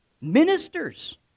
ministers